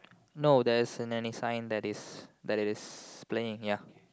no there isn't any sign that is that is playing here